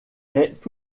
est